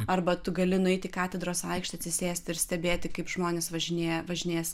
arba tu gali nueiti į katedros aikštę atsisėsti ir stebėti kaip žmonės važinėja važinės